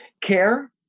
Care